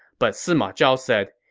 but sima zhao said,